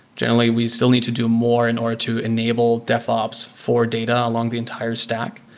generally, we still need to do more in order to enable devops for data along the entire stack,